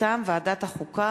(חקירת סיבות מוות),